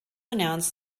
announce